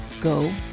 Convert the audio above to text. go